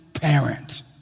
parent